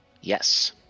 Yes